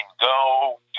go